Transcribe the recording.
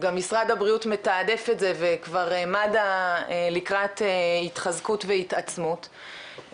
גם משרד הבריאות מתעדף את זה וכבר מד"א לקראת התחזקות והתעצמות,